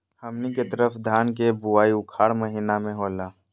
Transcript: हमनी के तरफ धान के बुवाई उखाड़ महीना में होला